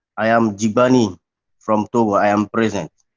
i am jibani from togo, i am present.